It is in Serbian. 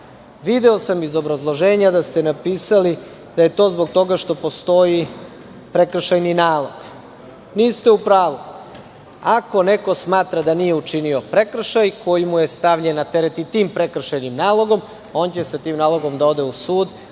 brani. Video sam iz obrazloženja da ste napisali da je to zbog toga što postoji prekršajni nalog. Niste u pravu. Ako neko smatra da nije učinio prekršaj koji mu je stavljen na teret i tim prekršajnim nalogom, on će sa tim nalogom da ode u sud